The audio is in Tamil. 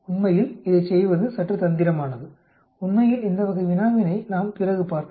உண்மையில் இதைச் செய்வது சற்று தந்திரமானது உண்மையில் இந்த வகை வினாவினை நாம் பிறகு பார்க்கலாம்